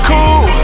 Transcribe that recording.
Cool